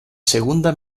segunda